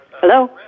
Hello